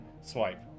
swipe